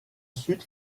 sud